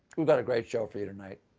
we've got a great show for you tonight,